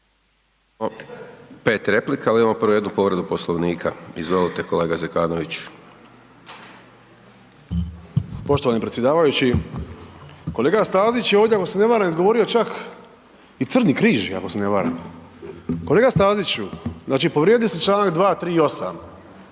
Pet replika, ali imamo prvo jednu povredu Poslovnika. Izvolite kolega Zekanović. **Zekanović, Hrvoje (HRAST)** Poštovani predsjedavajući, kolega Stazić je ovdje ako se ne varam izgovorio čak i crni križ, ako se ne varam. Kolega Staziću znači povrijedili ste članak 238.